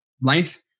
length